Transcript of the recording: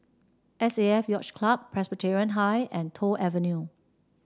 S A F Yacht Club Presbyterian High and Toh Avenue